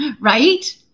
right